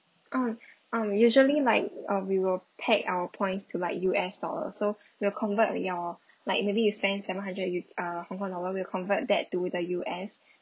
uh uh usually like uh we will peg our points to like U_S dollars so we'll convert your like maybe you spend seven hundred U~ uh hong kong dollar we'll convert that to the U_S